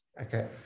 Okay